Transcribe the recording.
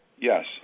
Yes